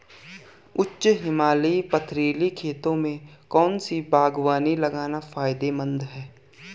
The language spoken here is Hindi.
उच्च हिमालयी पथरीली खेती में कौन सी बागवानी लगाना फायदेमंद है?